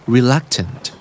Reluctant